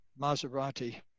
Maserati